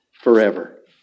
Forever